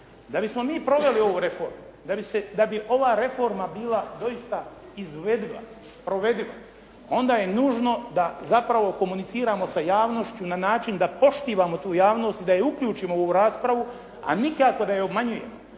Da bismo mi proveli ovu reformu, da bi ova reforma bila doista izvediva, provediva onda je nužno da zapravo komuniciramo sa javnošću na način da poštivamo tu javnost i da je uključimo u ovu raspravu, a nikako da je obmanjujemo.